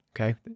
okay